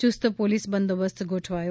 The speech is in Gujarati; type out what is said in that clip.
ચુસ્ત પોલીસ બંદોબસ્ત ગોઠવાયો